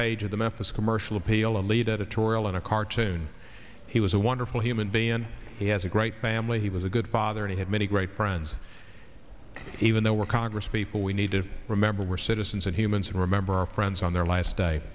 page of the memphis commercial appeal lead editorial in a cartoon he was a wonderful human being he has a great family he was a good father he had many great friends even though we're congresspeople we need to remember we're citizens and humans remember our friends on their last day